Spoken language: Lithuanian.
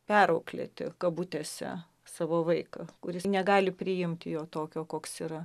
perauklėti kabutėse savo vaiką kuris negali priimti jo tokio koks yra